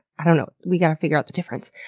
i don't know we gotta figure out the difference.